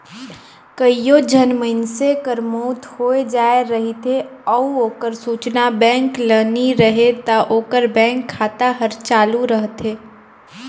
कइयो झन मइनसे कर मउत होए जाए रहथे अउ ओकर सूचना बेंक ल नी रहें ता ओकर बेंक खाता हर चालू रहथे